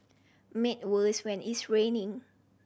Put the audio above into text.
made worse when it's raining